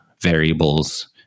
variables